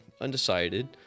undecided